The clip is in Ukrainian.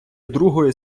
другої